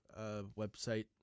website